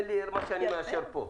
אין לי אלא מה שאני מאשר פה.